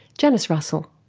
janice russell.